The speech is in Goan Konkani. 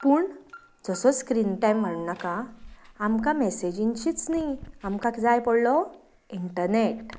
पूण जसो स्क्रीन टायम वाडनाका आमकां मॅसेजींचीच न्ही आमकांक जाय पडलो इंटर्नेट